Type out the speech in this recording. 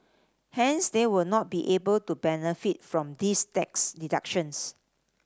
hence they would not be able to benefit from these tax deductions